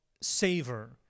savor